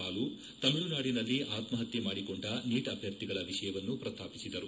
ಬಾಲು ತಮಿಳುನಾಡಿನಲ್ಲಿ ಆತ್ಮಹತ್ಯೆ ಮಾಡಿಕೊಂಡ ನೀಟ್ ಅಭ್ಯರ್ಥಿಗಳ ವಿಷಯವನ್ನು ಪ್ರಸ್ತಾಪಿಸಿದರು